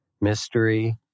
mystery